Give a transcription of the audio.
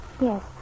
Yes